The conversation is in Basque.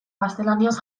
gaztelaniaz